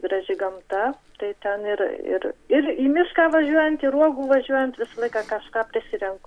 graži gamta tai ten ir ir ir į mišką važiuojant ir uogų važiuojant visą laiką kažką prisirenku